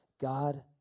God